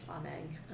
planning